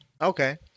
Okay